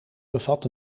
bevat